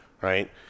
right